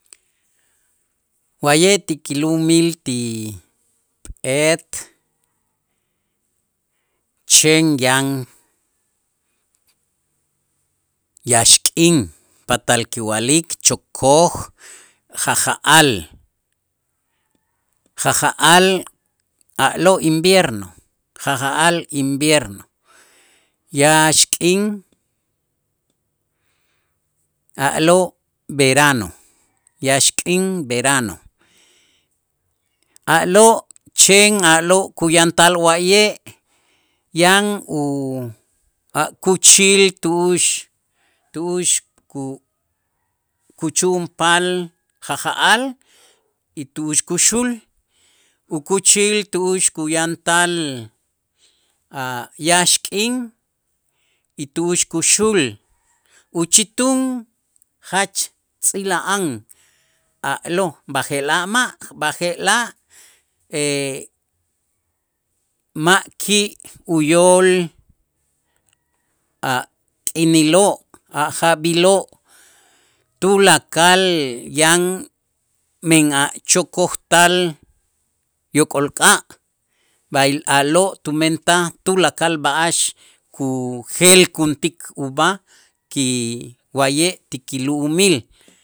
Wa'ye' ti kilumil ti P'eet chen yan yaxk'in patal kiwa'lik chokoj ja'ja'al, ya'ja'al a'lo' inierno ja'ja'al invierno, yaxk'in a'lo' verano yaxk'in verano, a'lo' chen a'lo' kuyantal wa'ye' yan u a' kuuchil tu'ux tu'ux ku- kuchu'unpal ja'ja'al y tu'ux kuxul ukuuchil tu'ux kuyantal a' yaxk'in y tu'ux kuxul, uchitun jach tzila'an a'lo' b'aje'laj ma' b'aje'laj ma' ki' uyool a' k'iniloo', a' jaab'iloo' tulakal yan men yan a' chokojtal a' yok'olka', b'ay a'lo' tumentaj tulakal b'a'ax kujelkuntik ub'aj ki wa'ye ti kilu'umil.